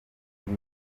buri